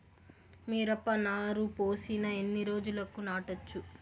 మిరప నారు పోసిన ఎన్ని రోజులకు నాటచ్చు?